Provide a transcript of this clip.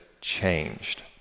changed